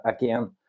again